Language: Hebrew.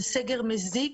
זה סגר מזיק,